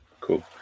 Cool